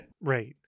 Right